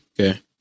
Okay